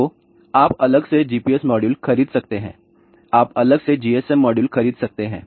तो आप अलग से GPS मॉड्यूल खरीद सकते हैं आप अलग से GSM मॉड्यूल खरीद सकते हैं